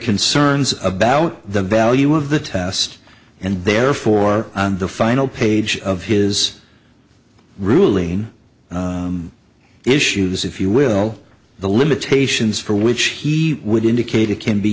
concerns about the value of the test and therefore the final page of his ruling issues if you will the limitations for which he would indicate it can be